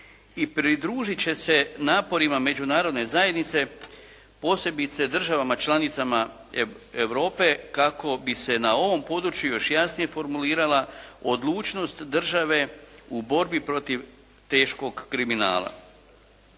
i pridružiti će se naporima Međunarodne zajednice posebice državama članicama Europe kako bi se na ovom području još jasnije formulirala odlučnost države u borbi protiv teškog kriminala.